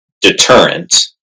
deterrent